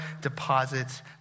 deposits